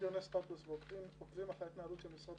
דיוני סטטוס ועוקבים אחרי ההתנהלות של משרד